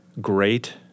great